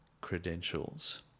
credentials